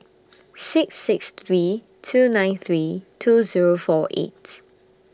six six three two nine three two Zero four eight